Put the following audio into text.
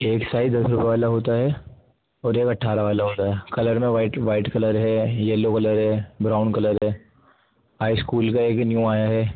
ایک سائز دس روپئے والا ہوتا ہے اور ایک اٹھارہ والا ہوتا ہے کلر میں وائٹ وائٹ کلر ہے یلو کلر ہے براؤن کلر ہے ہائی اسکول کا ایک نیو آیا ہے